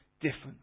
different